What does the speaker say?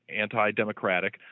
anti-democratic